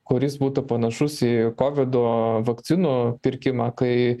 kuris būtų panašus į kovido vakcinų pirkimą kai